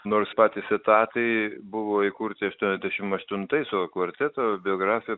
nors patys etatai buvo įkurti aštuoniasdešim aštuntais o kvarteto biografija